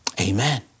Amen